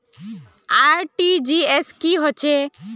RTGS की होचए?